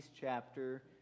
chapter